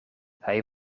hij